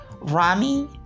Rami